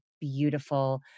beautiful